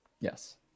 Yes